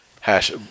Hash